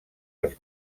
els